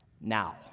Now